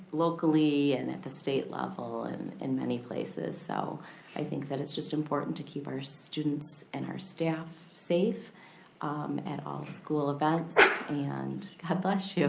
locally and at the state level and in many places. so i think that it's just important to keep our students and our staff safe at all school events and. god bless you.